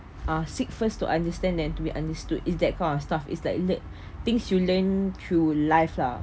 ah seek first to understand than to be understood is that kind of stuff is like le~ things you learn through life lah